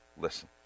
Listen